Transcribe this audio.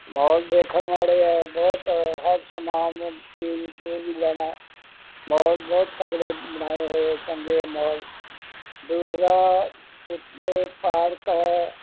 mall ਦੇਖਣ ਵਾਲੇ ਆ ਬਹੁਤ ਹਰ ਸਮਾਨ ਤੇ ਜੋ ਵੀ ਲੈਣਾ ਮੋਲ ਬਹੁਤ ਤਕੜੇ ਬਣਾਏ ਹੋਏ ਆ ਚੰਗੇ ਮੋਲ ਦੂਸਰਾ ਇੱਥੇ ਪਾਰਕ ਹੈ